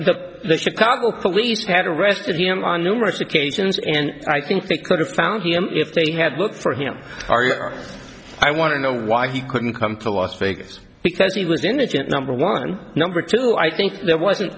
he chicago police had arrested him on numerous occasions and i think they could have found him if they had looked for him i want to know why he couldn't come to las vegas because he was indigent number one number two i think